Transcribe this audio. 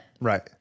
Right